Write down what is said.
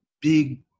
big